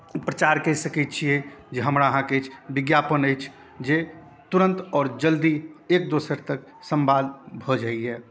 प्रचार कहि सकै छियै जे हमरा अहाँके अछि विज्ञापन अछि जे तुरन्त आओर जल्दी एक दोसर तक संवाद भऽ जाइए